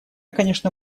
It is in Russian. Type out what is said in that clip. конечно